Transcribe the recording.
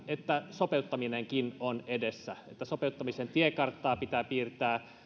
että sopeuttaminenkin on edessä että sopeuttamisen tiekarttaa pitää piirtää